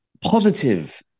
positive